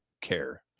care